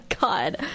God